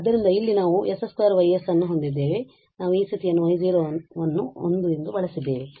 ಆದ್ದರಿಂದ ಇಲ್ಲಿ ನಾವು s 2Y ಅನ್ನು ಹೊಂದಿದ್ದೇವೆ ಮತ್ತು ನಾವು ಈ ಸ್ಥಿತಿಯನ್ನು y ಅನ್ನು 1 ಎಂದು ಬಳಸಿದ್ದೇವೆ